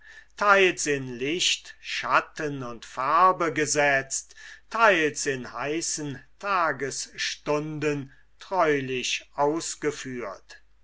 teils in licht schatten und farbe gesetzt teils in heißen tagesstunden treulich ausgeführt